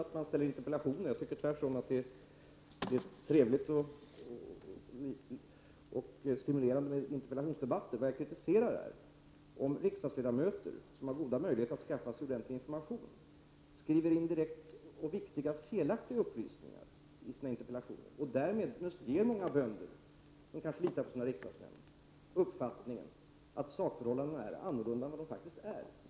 Fru talman! Jag kritiserar ingalunda att interpellationer framställs, utan jag tycker tvärtom att det är trevligt och stimulerande med interpellationsdebatter. Vad jag kritiserar är att riksdagsledamöter, som har goda möjligheter att skaffa sig ordentlig information, skriver in direkt felaktiga upplysningar i sina interpellationer och därmed ger många bönder, som kanske litar på sina riksdagsmän, uppfattningen att sakförhållandena är annorlunda än de faktiskt är.